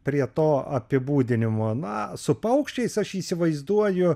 prie to apibūdinimo na su paukščiais aš įsivaizduoju